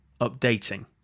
Updating